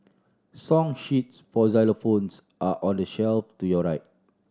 song sheets for xylophones are on the shelf to your right